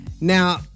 now